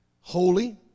holy